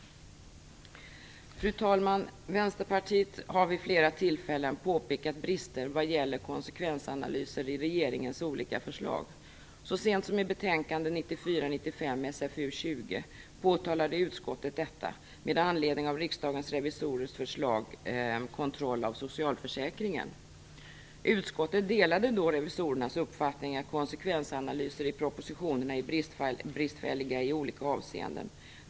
Fru talman! Vänsterpartiet har vid flera tillfällen påpekat brister vad gäller konsekvensanalyser i regeringens olika förslag. Så sent som i betänkandet 1994/95:SfU20 påtalade utskottet detta med anledning av riksdagens revisorers förslag Kontroll av socialförsäkringen. Utskottet delade då revisorernas uppfattning att konsekvensanalyser i propositionerna är bristfälliga i olika avseenden.